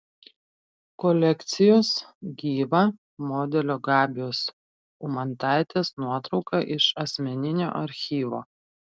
kolekcijos gyva modelio gabijos umantaitės nuotrauka iš asmeninio archyvo